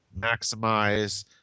maximize